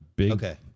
Okay